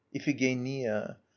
Iphigenia